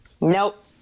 Nope